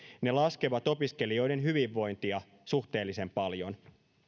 ne laskevat opiskelijoiden hyvinvointia suhteellisen paljon